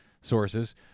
sources